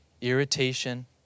irritation